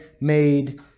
made